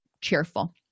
cheerful